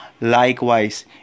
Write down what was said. Likewise